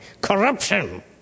corruption